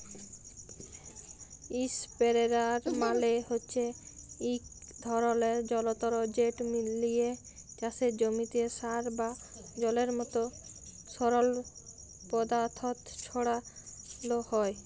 ইসপেরেয়ার মালে হছে ইক ধরলের জলতর্ যেট লিয়ে চাষের জমিতে সার বা জলের মতো তরল পদাথথ ছড়ালো হয়